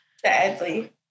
Sadly